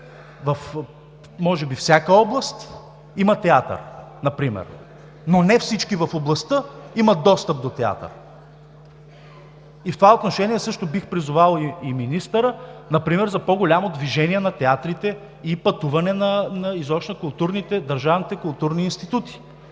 може би във всяка област, има театър например, но не всички в областта имат достъп до него. В това отношение също бих призовал и министъра например за по-голямо движение на театрите и пътуване на държавните културни институти.